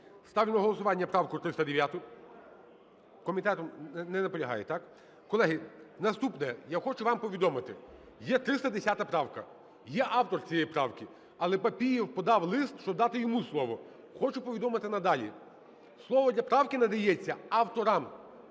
Ставлю на голосування правку 309. Комітет… Не наполягає? Так. Колеги, наступне. Я хочу вам повідомити, є 310 правка, є автор цієї правки, але Папієв подав лист, щоб дати йому слово. Хочу повідомити надалі, слово для правки надається авторам,